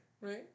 Right